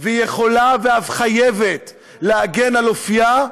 והיא יכולה ואף חייבת להגן על אופייה,